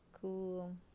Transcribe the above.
Cool